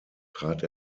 trat